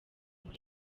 muri